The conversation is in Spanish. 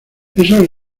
esos